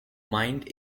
mined